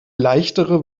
leichtere